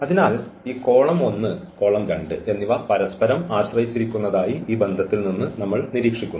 അതിനാൽ ഈ column 1 column 2 എന്നിവ പരസ്പരം ആശ്രയിച്ചിരിക്കുന്നതായി ഈ ബന്ധത്തിൽ നിന്ന് നമ്മൾ നിരീക്ഷിക്കുന്നു